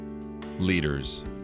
leaders